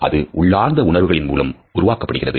அது உள்ளார்ந்த உணர்வுகளின் மூலம் உருவாக்கப்படுகிறது